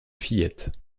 fillette